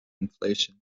inflation